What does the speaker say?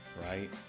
right